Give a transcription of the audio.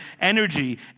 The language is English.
energy